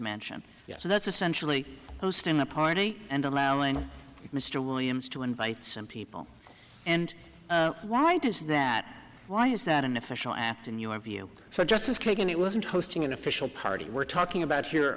mansion yes that's essentially hosting a party and allowing mr williams to invite some people and why does that why is that an official act in your view so justice kagan it wasn't hosting an official party we're talking about